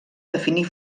definir